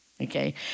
Okay